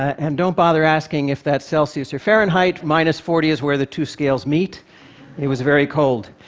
and don't bother asking if that's celsius or fahrenheit, minus forty is where the two scales meet it was very cold.